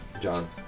John